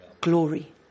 Glory